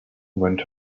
went